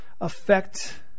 affect